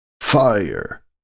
Fire